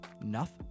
Enough